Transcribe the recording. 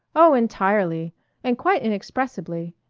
oh, entirely and quite inexpressibly.